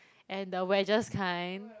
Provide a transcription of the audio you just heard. and the wedges kind